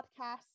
Podcasts